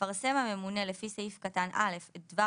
יפרסם הממונה לפי סעיף קטן (א) את דבר